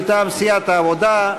מטעם סיעת העבודה.